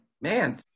man